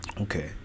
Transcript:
okay